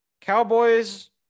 Cowboys